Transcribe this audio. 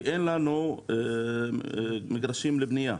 כי אין לנו מגרשים לבנייה.